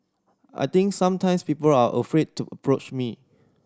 I think sometimes people are afraid to approach me